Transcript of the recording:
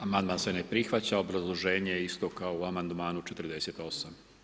Amandman se ne prihvaća, obrazloženje je isto kao u amandmanu 48.